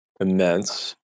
immense